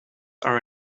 are